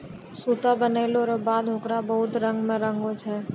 सूता बनलो रो बाद होकरा बहुत रंग मे रंगै छै